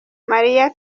maria